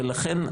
ולכן,